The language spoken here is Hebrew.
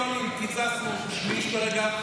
בקואליציוניים קיצצנו שליש כרגע.